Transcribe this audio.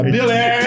Billy